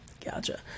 Gotcha